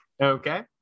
Okay